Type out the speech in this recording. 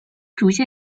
主线